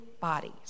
bodies